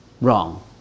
wrong